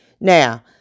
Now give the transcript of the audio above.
Now